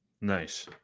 nice